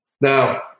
now